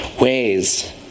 ways